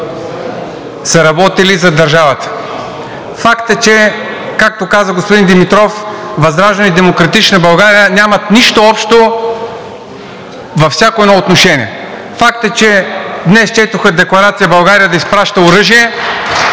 са работили за държавата. Факт е, че както каза господин Димитров, ВЪЗРАЖДАНЕ и „Демократична България“ нямат нищо общо във всяко едно отношение. (Ръкопляскания от ДБ.) Факт е, че днес четоха декларация България да изпраща оръжие